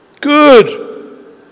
Good